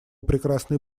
прекрасный